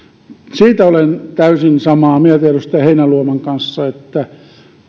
siitä olen täysin samaa mieltä edustaja heinäluoman kanssa että